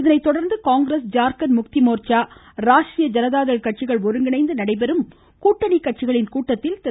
இதனைத்தொடா்ந்து காங்கிரஸ் ஜாா்கண்ட் முக்தி மோா்ச்சா ராஷ்டிரிய ஜனதா தள் கட்சிகள் ஒருங்கிணைந்து நடைபெறும் கூட்டணி கட்சிகளின் கூட்டத்தில் திரு